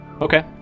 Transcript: Okay